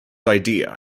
idea